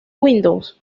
windows